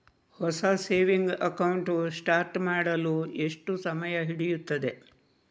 ಹೊಸ saving account start ಮಾಡಲು ಎಷ್ಟು ಸಮಯ ಹಿಡಿಯುತ್ತದೆ?